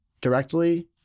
directly